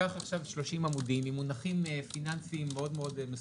קח עכשיו שלושים עמודים עם מונחים פיננסיים מאוד מסובכים,